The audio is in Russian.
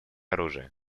оружие